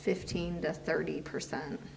fifteen to thirty percent